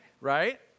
right